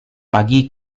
pagi